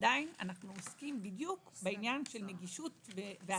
עדיין אנחנו עוסקים בדיוק בעניין של נגישות והתאמה.